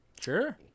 Sure